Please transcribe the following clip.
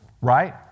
Right